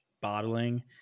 bottling